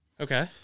Okay